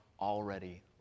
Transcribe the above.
already